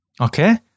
okay